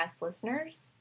listeners